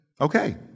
okay